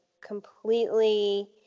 completely